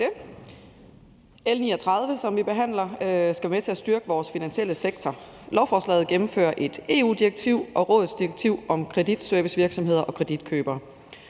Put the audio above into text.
L 39, som vi behandler her, skal være med til at styrke vores finansielle sektor. Med lovforslaget gennemføres et EU-direktiv og Rådets direktiv om kreditservicevirksomheder og kreditkøbere.